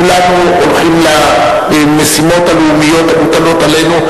כולנו הולכים למשימות הלאומיות המוטלות עלינו,